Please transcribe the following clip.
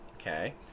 okay